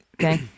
Okay